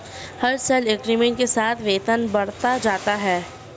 हर साल इंक्रीमेंट के साथ वेतन बढ़ता जाता है